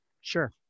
sure